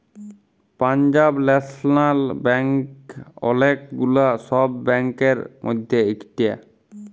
Punjab national bank ওলেক গুলা সব ব্যাংকের মধ্যে ইকটা